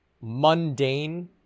mundane